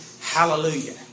Hallelujah